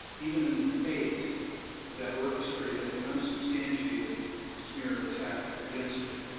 even in the face of that orchestrated and unsubstantiated smear attack against her.